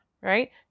right